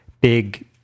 big